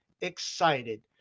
excited